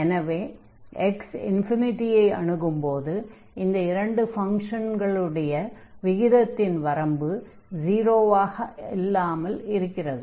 எனவே x ∞ ஐ அணுகும்போது இந்த இரண்டு ஃபங்ஷன்களுடைய விகிதத்தின் வரம்பு 0 ஆக இல்லாமல் இருக்கிறது